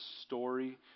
story